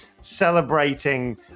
celebrating